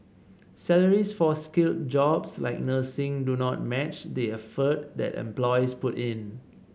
salaries for skilled jobs like nursing do not match the effort that employees put in